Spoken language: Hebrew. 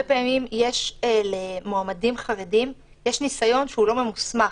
פעמים למועמדים חרדים יש ניסיון שהוא לא ממוסמך,